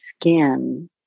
skin